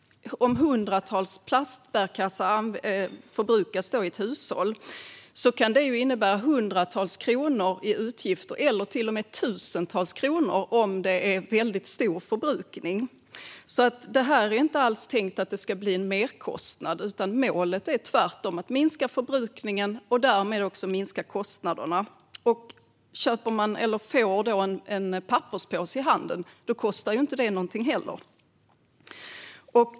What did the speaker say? Om hundratals plastbärkassar förbrukas i ett hushåll kan det innebära hundratals kronor i utgifter, eller till och med tusentals kronor om det är väldigt stor förbrukning. Det är alltså inte tänkt att detta ska bli en merkostnad. Målet är tvärtom att minska förbrukningen och därmed också minska kostnaderna. Om man får en papperspåse i handeln kostar det inte någonting.